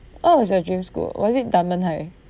what was your dream school was it dunman high